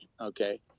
okay